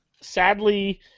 sadly